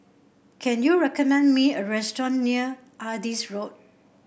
can you recommend me a restaurant near Adis Road